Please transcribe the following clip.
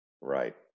right